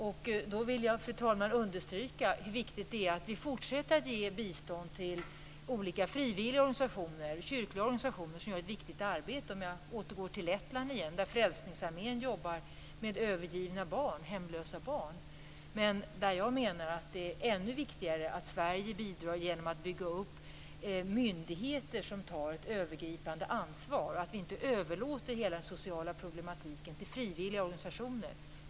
Jag vill, fru talman, understryka hur viktigt det är att vi fortsätter att ge bistånd till olika frivilliga organisationer, bl.a. kyrkliga organisationer, som gör ett viktigt arbete. Låt mig återgå till Lettland, där Frälsningsarmén arbetar med övergivna hemlösa barn. Jag menar att det är ännu viktigare att Sverige där bidrar genom att bygga upp myndigheter som tar ett övergripande ansvar, så att vi inte överlåter hela den sociala problematiken till frivilliga organisationer.